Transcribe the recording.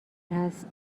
هست